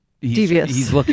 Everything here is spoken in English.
Devious